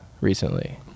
recently